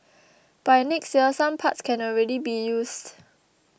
by next year some parts can already be used